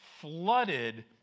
flooded